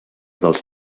dels